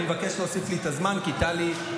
אני מבקש להוסיף לי את הזמן כי טלי גם